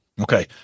Okay